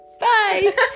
Bye